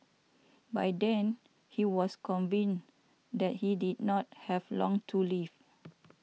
by then he was convinced that he did not have long to live